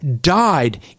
died